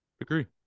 Agree